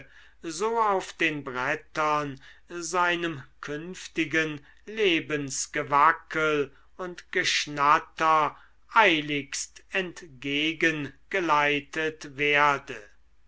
so auf den brettern seinem künftigen lebensgewackel und geschnatter eiligst entgegengeleitet werde